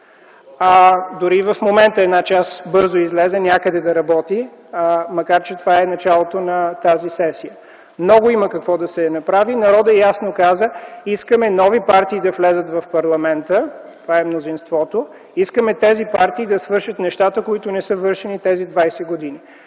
Дори в момента една част бързо излезе някъде да работи, макар че това е началото на тази сесия. Има много какво да се направи. Народът ясно каза: „Искаме нови партии да влязат в парламента.” – това е мнозинството. „Искаме тези партии да свършат нещата, които не са вършени тези двадесет